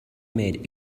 made